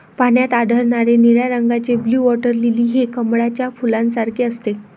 पाण्यात आढळणारे निळ्या रंगाचे ब्लू वॉटर लिली हे कमळाच्या फुलासारखे असते